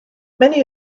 many